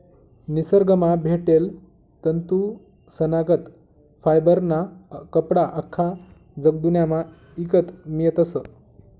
निसरगंमा भेटेल तंतूसनागत फायबरना कपडा आख्खा जगदुन्यामा ईकत मियतस